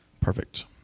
Perfect